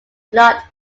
flood